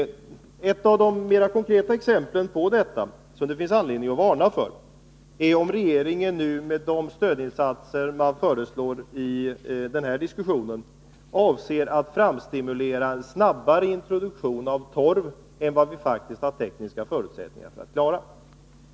Ett av de mera konkreta exemplen på detta, som det finns anledning att varna för, är om regeringen nu med de stödinsatser man föreslår i den här diskussionen avser att stimulera fram en snabbare introduktion av torv än vad vi faktiskt har tekniska förutsättningar att klara.